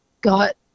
got